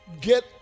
Get